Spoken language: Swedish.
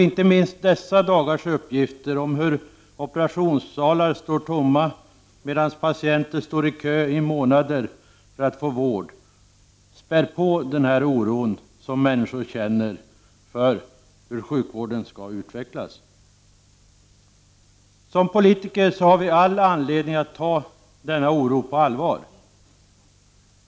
Inte minst dessa dagars uppgifter om hur operationssalar står tomma medan patienter står i kö i månader för att få vård späder på den oro som människor känner för sjukvårdens utveckling. Som politiker har vi all anledning att ta denna oro på allvar.